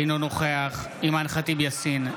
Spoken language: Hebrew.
אינו נוכח אימאן ח'טיב יאסין,